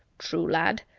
true, lad.